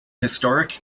historic